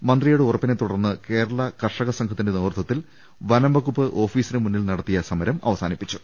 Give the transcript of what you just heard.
മന്ത്രിയുടെ ഉറപ്പിനെ തുടർന്ന് കേരള കർഷക സംഘത്തിന്റെ നേതൃത്വത്തിൽ വനം വകുപ്പ് ഓഫീസിന് മുന്നിൽ നടന്ന സമരം അവസാനിപ്പിച്ചു